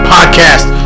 Podcast